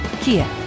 Kia